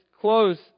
close